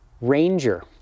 ranger